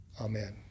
Amen